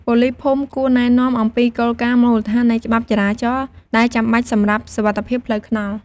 ប៉ូលីសភូមិគួរ ណែនាំអំពីគោលការណ៍មូលដ្ឋាននៃច្បាប់ចរាចរណ៍ ដែលចាំបាច់សម្រាប់សុវត្ថិភាពផ្លូវថ្នល់។